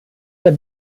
der